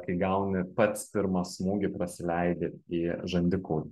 kai gauni pats pirmą smūgį prasileidi į žandikaulį